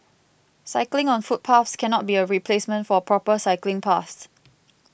cycling on footpaths cannot be a replacement for proper cycling paths